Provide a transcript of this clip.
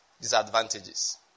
disadvantages